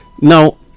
Now